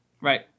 Right